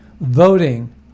voting